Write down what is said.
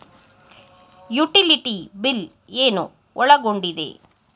Utility bill ಏನು ಒಳಗೊಂಡಿದೆ?